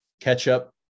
ketchup